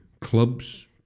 clubs